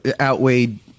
outweighed